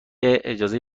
اجازه